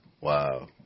Wow